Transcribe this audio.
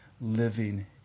living